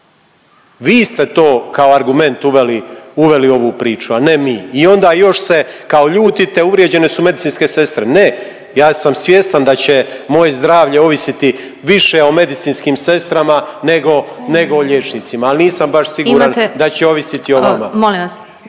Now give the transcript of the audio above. Vi ste to kao argument uveli u ovu priču, a ne mi. I onda još se kao ljutite, uvrijeđene su medicinske sestre. Ne, ja sam svjestan da će moje zdravlje ovisiti više o medicinskim sestrama nego o liječnicima. Ali nisam baš siguran da će ovisiti o vama.